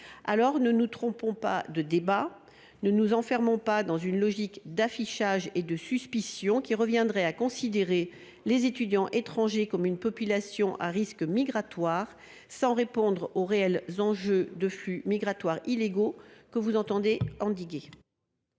ne nous trompons pas de débat. Ne nous enfermons pas dans cette logique d’affichage et de suspicion qui reviendrait à considérer les étudiants étrangers comme une population « à risque migratoire » sans répondre aux réels enjeux des flux migratoires illégaux que vous entendez endiguer.